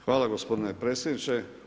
Hvala gospodine predsjedniče.